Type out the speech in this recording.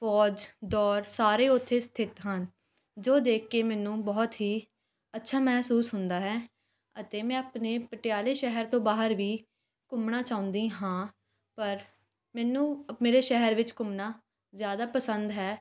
ਫੌਜ ਦੌਰ ਸਾਰੇ ਉੱਥੇ ਸਥਿਤ ਹਨ ਜੋ ਦੇਖ ਕੇ ਮੈਨੂੰ ਬਹੁਤ ਹੀ ਅੱਛਾ ਮਹਿਸੂਸ ਹੁੰਦਾ ਹੈ ਅਤੇ ਮੈਂ ਆਪਣੇ ਪਟਿਆਲੇ ਸ਼ਹਿਰ ਤੋਂ ਬਾਹਰ ਵੀ ਘੁੰਮਣਾ ਚਾਹੁੰਦੀ ਹਾਂ ਪਰ ਮੈਨੂੰ ਮੇਰੇ ਸ਼ਹਿਰ ਵਿੱਚ ਘੁੰਮਣਾ ਜ਼ਿਆਦਾ ਪਸੰਦ ਹੈ